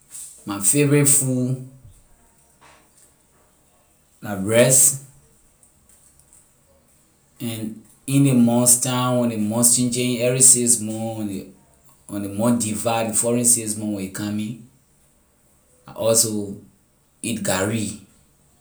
My favorite food la rice and in ley months time when ley months changing in every six months when ley when ley month divide the following six month when a coming I also eat gari.